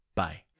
bye